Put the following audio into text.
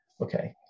Okay